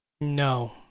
No